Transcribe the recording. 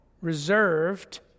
reserved